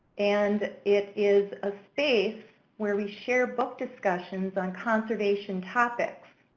and it is a space where we share book discussions on conservation topics.